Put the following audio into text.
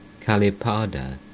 Kalipada